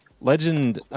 Legend